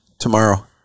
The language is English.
tomorrow